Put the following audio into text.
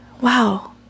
wow